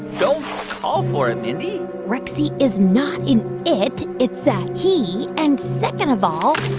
don't call for it, mindy rexy is not an it. it's a he. and second of all.